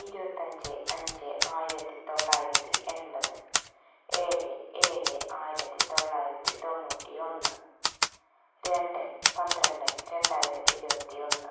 ഇരുപത്തഞ്ച് അഞ്ച് ആയിരത്തി തൊള്ളായിരത്തി എൺപത് ഏഴ് ഏഴ് ആയിരത്തി തൊള്ളായിരത്തി തൊണ്ണൂറ്റി ഒന്ന് രണ്ട് പന്ത്രണ്ട് രണ്ടായിരത്തി ഇരുപത്തി ഒന്ന്